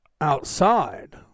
outside